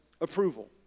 approval